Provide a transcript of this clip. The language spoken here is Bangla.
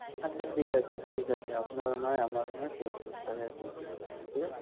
আচ্ছা ঠিক আছে ঠিক আছে আপনারও নয় আমারও নয় পঁয়ত্রিশ টাকাই আপনি দেবেন ঠিক আছে